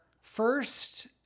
first